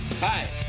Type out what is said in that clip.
Hi